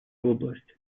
области